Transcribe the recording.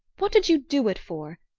what did you do it for?